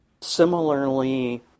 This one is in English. similarly